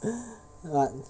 but